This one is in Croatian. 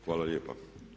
Hvala lijepa.